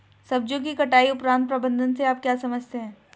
सब्जियों की कटाई उपरांत प्रबंधन से आप क्या समझते हैं?